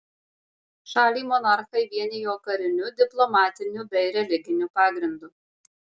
šalį monarchai vienijo kariniu diplomatiniu bei religiniu pagrindu